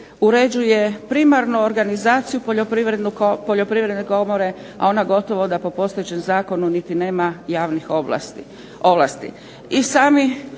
uređuje primarno organizaciju Poljoprivredne komore, a ona gotovo da po postojećem zakonu niti nema javnih ovlasti.